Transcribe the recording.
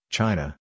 China